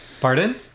Pardon